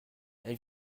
elle